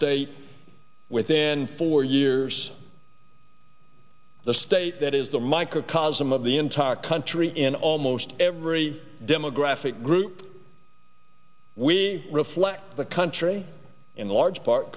state within four years the state that is the microcosm of the entire country in almost every demographic group we reflect the country in large part